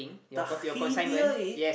the heavier